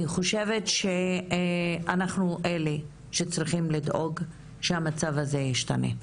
חושבת שאנחנו אלו שצריכים לדאוג שהמצב הזה ישתנה.